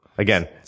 Again